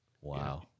Wow